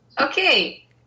Okay